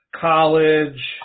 college